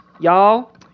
y'all